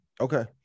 okay